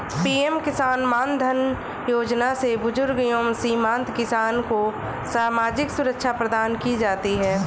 PM किसान मानधन योजना से बुजुर्ग एवं सीमांत किसान को सामाजिक सुरक्षा प्रदान की जाती है